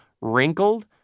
wrinkled